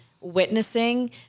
witnessing